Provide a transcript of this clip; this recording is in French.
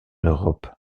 europe